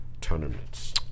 tournaments